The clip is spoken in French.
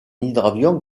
hydravion